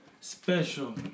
Special